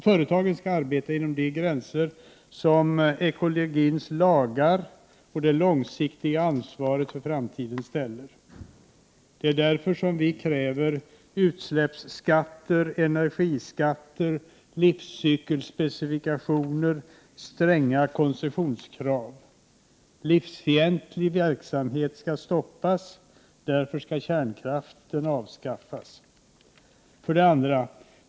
Företagen skall arbeta inom de gränser som ekologins lagar och det långsiktiga ansvaret för framtiden sätter. Det är därför som vi kräver utsläppsskatter, energiskatter, livscykelspecifikationer och stränga koncessionskrav. Livsfientlig verksamhet skall stoppas. Därför skall kärnkraften avskaffas. 2.